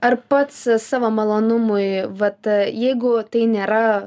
ar pats savo malonumui vat jeigu tai nėra